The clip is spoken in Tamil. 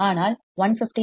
15 ஹெர்ட்ஸ்